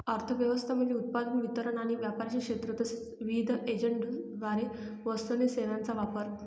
अर्थ व्यवस्था म्हणजे उत्पादन, वितरण आणि व्यापाराचे क्षेत्र तसेच विविध एजंट्सद्वारे वस्तू आणि सेवांचा वापर